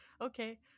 Okay